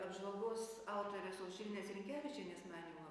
apžvalgos autorės aušrinės rinkevičienės manymu